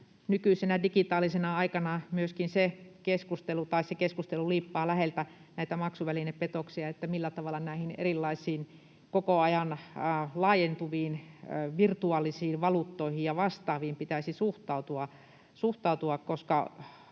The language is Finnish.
myöskin se keskustelu — ja se keskustelu liippaa läheltä näitä maksuvälinepetoksia — että millä tavalla näihin erilaisiin koko ajan laajentuviin virtuaalisiin valuuttoihin ja vastaaviin pitäisi suhtautua,